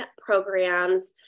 programs